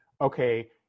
okay